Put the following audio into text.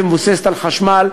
שמבוססת על חשמל,